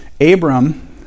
Abram